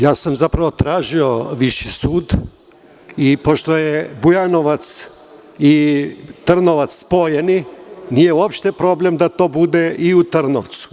Ja sam zapravo tražio viši sud i pošto su Bujanovac i Trnovac spojeni, nije uopšte problem da to bude i u Trnovcu.